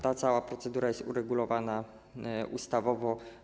Ta cała procedura jest uregulowana ustawowo.